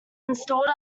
installed